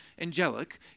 angelic